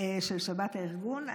של שבת הארגון.